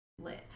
lit